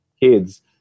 kids